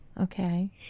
Okay